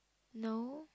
no